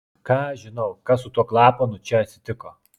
ką aš žinau kas su tuo klapanu čia atsitiko